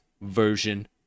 version